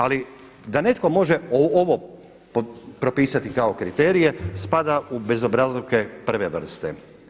Ali da netko može ovo propisati kao kriterije spada u bezobrazluke prve vrste.